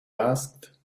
asked